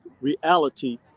reality